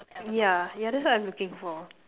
yeah yeah that's what I'm looking for